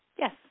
Yes